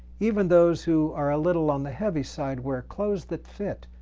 even those who are a little on the heavy side wear clothes that fit,